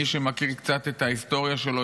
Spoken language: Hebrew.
מי שמכיר קצת את ההיסטוריה שלו,